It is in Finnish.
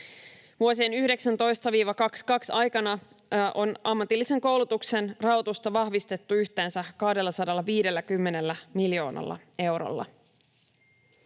Vuosien 19—22 aikana on ammatillisen koulutuksen rahoitusta vahvistettu yhteensä 250 miljoonalla eurolla.